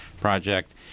project